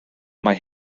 mae